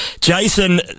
Jason